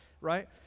right